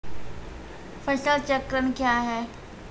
फसल चक्रण कया हैं?